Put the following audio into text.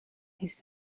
his